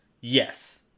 yes